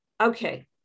Okay